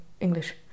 english